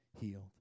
healed